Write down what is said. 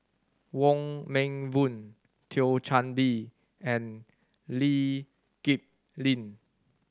Wong Meng Voon Thio Chan Bee and Lee Kip Lin